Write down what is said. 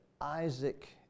Isaac